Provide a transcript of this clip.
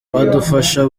badufasha